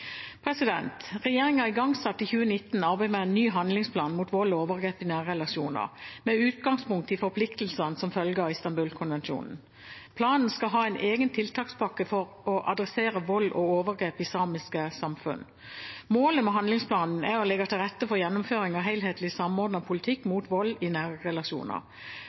igangsatte i 2019 arbeidet med en ny handlingsplan mot vold og overgrep i nære relasjoner, med utgangspunkt i forpliktelsene som følger av Istanbul-konvensjonen. Planen skal ha en egen tiltakspakke for å adressere vold og overgrep i samiske samfunn. Målet med handlingsplanen er å legge til rette for gjennomføringen av en helhetlig, samordnet politikk mot vold i